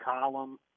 column